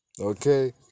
Okay